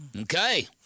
Okay